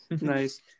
Nice